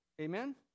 Amen